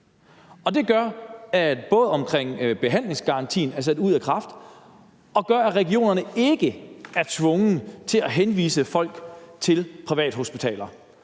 det gør både, at behandlingsgarantien er sat ud af kraft, og at regionerne ikke er tvunget til at henvise folk til privathospitaler.